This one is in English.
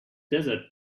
desert